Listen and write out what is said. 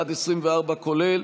כולל,